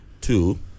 two